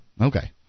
Okay